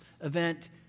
event